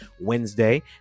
Wednesday